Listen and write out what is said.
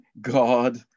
God